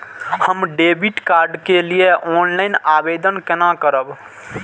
हम debit card के लिए ऑनलाइन आवेदन केना करब?